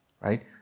right